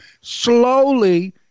slowly